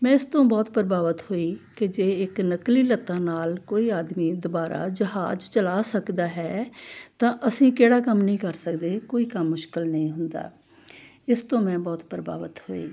ਮੈਂ ਉਸ ਤੋਂ ਬਹੁਤ ਪ੍ਰਭਾਵਿਤ ਹੋਈ ਕਿ ਜੇ ਇੱਕ ਨਕਲੀ ਲੱਤਾਂ ਨਾਲ ਕੋਈ ਆਦਮੀ ਦੁਬਾਰਾ ਜਹਾਜ਼ ਚਲਾ ਸਕਦਾ ਹੈ ਤਾਂ ਅਸੀਂ ਕਿਹੜਾ ਕੰਮ ਨਹੀਂ ਕਰ ਸਕਦੇ ਕੋਈ ਕੰਮ ਮੁਸ਼ਕਲ ਨਹੀਂ ਹੁੰਦਾ ਇਸ ਤੋਂ ਮੈਂ ਬਹੁਤ ਪ੍ਰਭਾਵਿਤ ਹੋਈ